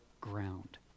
ground